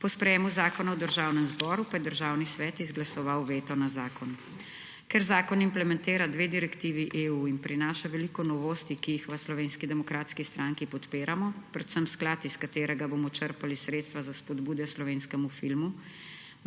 Po sprejetju Zakona v Državnem zboru pa je Državni svet izglasoval veto na zakon. Ker zakon implementira dve direktivi EU in prinaša veliko novosti, ki jih v Slovenski demokratski stranki podpiramo, predvsem sklad, iz katerega bomo črpali sredstva za spodbude slovenskemu filmu,